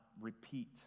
repeat